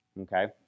Okay